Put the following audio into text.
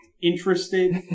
interested